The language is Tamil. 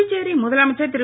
புதுச்சேரி முதலமைச்சர் திரு